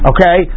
Okay